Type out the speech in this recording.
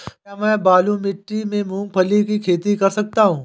क्या मैं बालू मिट्टी में मूंगफली की खेती कर सकता हूँ?